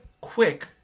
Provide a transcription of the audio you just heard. quick